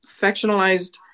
factionalized